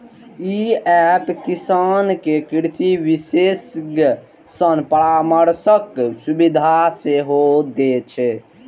ई app किसान कें कृषि विशेषज्ञ सं परामर्शक सुविधा सेहो दै छै